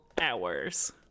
hours